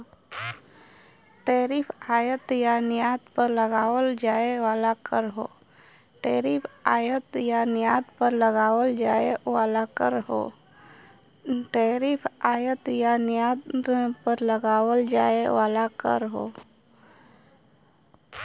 tariff आयात या निर्यात पर लगावल जाये वाला कर हौ